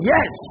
Yes